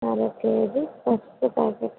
అరకేజీ పసుపు ప్యాకెటు